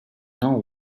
know